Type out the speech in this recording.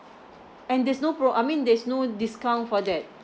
and there's no pro~ I mean there is no discount for that